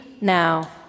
now